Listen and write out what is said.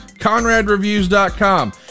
Conradreviews.com